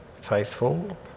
faithful